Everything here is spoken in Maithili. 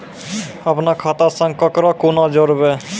अपन खाता संग ककरो कूना जोडवै?